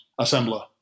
assembler